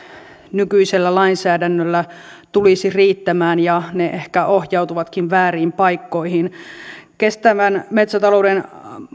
nykyisellä lainsäädännöllä tulisi riittämään ja ne ehkä ohjautuvatkin vääriin paikkoihin kestävän metsätalouden